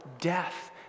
death